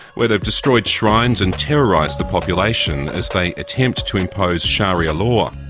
where they've destroyed shrines and terrorised the population as they attempt to impose sharia law.